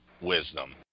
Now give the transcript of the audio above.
wisdom